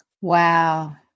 Wow